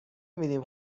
میدیم